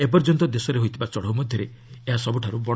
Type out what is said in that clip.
ଏପର୍ଯ୍ୟନ୍ତ ଦେଶରେ ହୋଇଥିବା ଚଢ଼ଉ ମଧ୍ୟରେ ଏହା ସବୁଠୁ ବଡ଼